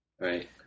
Right